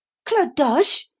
clodoche!